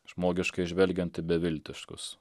žmogiškai žvelgiant į beviltiškus